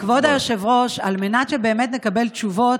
כבוד היושב-ראש, על מנת שבאמת נקבל תשובות,